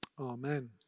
Amen